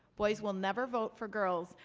boys will never vote for girls.